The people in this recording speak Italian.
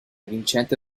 vincente